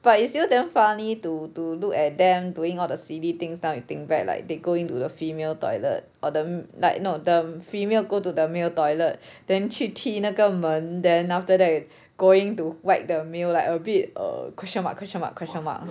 but it's still damn funny to to look at them doing all the silly things now you think back like they going to the female toilet or the like no the female go to the male toilet then 去踢那个门 then after that going to wipe the meal like a bit err question mark question mark question mark